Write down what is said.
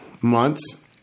months